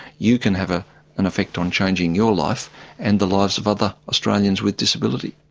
you can have ah an effect on changing your life and the lives of other australians with disability.